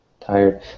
tired